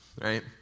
right